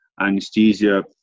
Anesthesia